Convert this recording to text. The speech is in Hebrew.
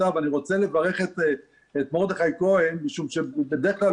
רוצה לברך את מרדכי כהן משום שבדרך כלל